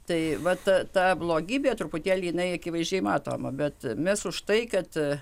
tai va ta ta blogybė truputėlį jinai akivaizdžiai matoma bet mes už tai kad